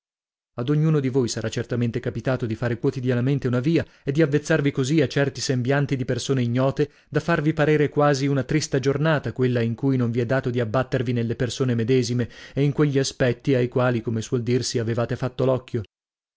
ad ognuno di voi sarà certamente capitato di fare quotidianamente una via e di avvezzarvi così a certi sembianti di persone ignote da farvi parere quasi una trista giornata quella in cui non vi è dato di abbattervi nelle persone medesime e in quegli aspetti ai quali come suol dirsi avevate fatto l'occhio